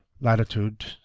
latitude